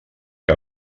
que